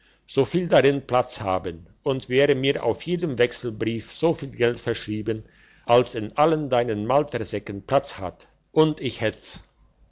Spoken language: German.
viel darin platz haben und wäre mir auf jedem wechselbrief so viel geld verschrieben als in allen deinen maltersäcken platz hat und ich hätt's